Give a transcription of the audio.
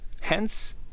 hence